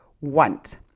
want